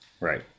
Right